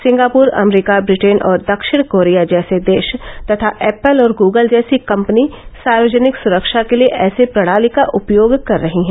Singapore America Britain और दक्षिण Korea जैसे देश तथा ऐप्पल और गूगल जैसी कंपनी सार्वजनिक स्रक्षा के लिए ऐसी प्रणाली का उपयोग कर रही हैं